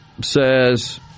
says